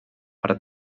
per